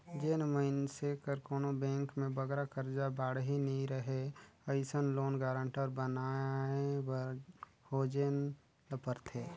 जेन मइनसे कर कोनो बेंक में बगरा करजा बाड़ही नी रहें अइसन लोन गारंटर बनाए बर खोजेन ल परथे